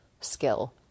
skill